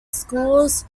schools